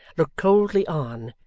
looked coldly on,